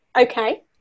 okay